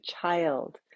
child